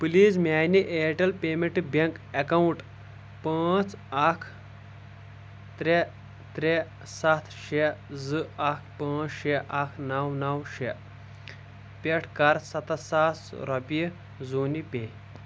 please میانہِ Airtel payment bank account پانٛژھ اکھ ترٛےٚ ترٛےٚ ستھ شیٚے زٕ اکھ پانٛژھ شیٚے اکھ نو نو شیٚے پٮ۪ٹھ کر ستتھ ساس رۄپیہِ زوٗنہِ پے